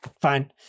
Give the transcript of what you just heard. fine